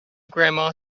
grandma